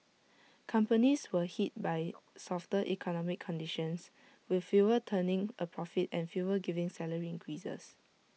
companies were hit by softer economic conditions with fewer turning A profit and fewer giving salary increases